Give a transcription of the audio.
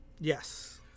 Yes